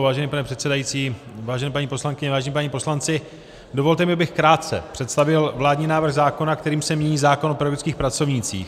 Vážený pane předsedající, vážené paní poslankyně, vážení páni poslanci, dovolte mi, abych krátce představil vládní návrh zákona, kterým se mění zákon o pedagogických pracovnících.